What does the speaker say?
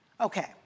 Okay